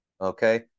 Okay